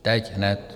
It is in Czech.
Teď hned.